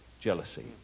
jealousy